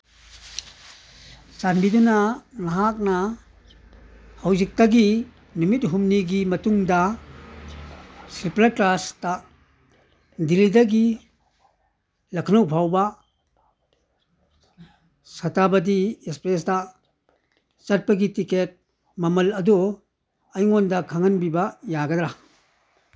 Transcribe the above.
ꯆꯥꯟꯕꯤꯗꯨꯅ ꯅꯍꯥꯛꯅ ꯍꯧꯖꯤꯛꯇꯒꯤ ꯅꯨꯃꯤꯠ ꯍꯨꯝꯅꯤꯒꯤ ꯃꯇꯨꯡꯗ ꯁꯂꯤꯄꯔ ꯀ꯭ꯂꯥꯁꯇ ꯗꯤꯜꯂꯤꯗꯒꯤ ꯂꯈꯅꯧ ꯐꯥꯎꯕ ꯁꯇꯥꯕꯇꯤ ꯑꯦꯛꯁꯄ꯭ꯔꯦꯁꯇ ꯆꯠꯄꯒꯤ ꯇꯤꯀꯦꯠ ꯃꯃꯜ ꯑꯗꯨ ꯑꯩꯉꯣꯟꯗ ꯈꯪꯍꯟꯕꯤꯕ ꯌꯥꯒꯗ꯭ꯔꯥ